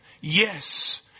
Yes